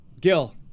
Gil